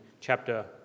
chapter